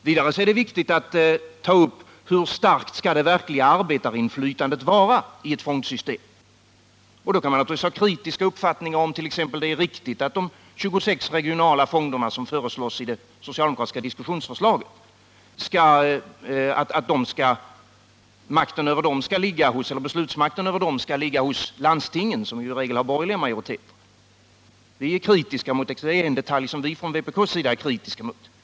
Vidare är det viktigt att ta upp frågan hur starkt det verkliga arbetarinflytandet skall vara i ett fondsystem. Då kan man naturligtvis ha kritiska synpunkter på t.ex. det riktiga i att beslutsrätten över de 26 kommunala fonderna, som föreslås i det socialdemokratiska diskussionsförslaget, skall ligga hos landstingen, som ju i regel har borgerliga majoriteter. Det är en detalj som vi från vpk är kritiska mot.